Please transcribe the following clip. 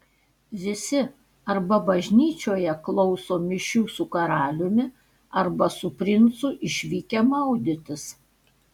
visi arba bažnyčioje klauso mišių su karaliumi arba su princu išvykę maudytis